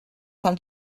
fan